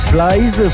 Flies